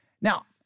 Now